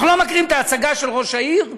אנחנו לא מכירים את ההצגה של ראש העיר?